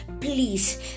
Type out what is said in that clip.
Please